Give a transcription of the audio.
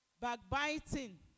Backbiting